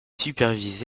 supervise